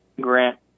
Grant